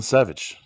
Savage